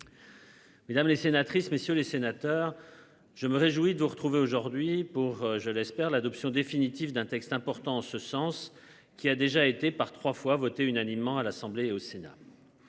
Mesdames les sénatrices messieurs les sénateurs. Je me réjouis de retrouver aujourd'hui pour je l'espère l'adoption définitive d'un texte important en ce sens qui a déjà été par trois fois voté unanimement à l'Assemblée et au Sénat.